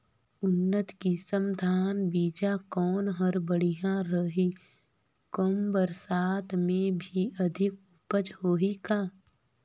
उन्नत किसम धान बीजा कौन हर बढ़िया रही? कम बरसात मे भी अधिक उपज होही का?